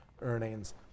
earnings